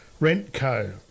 Rentco